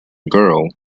girl